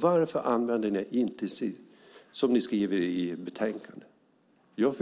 Varför använder ni intensitet, som ni skriver i betänkandet? Jag